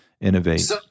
innovate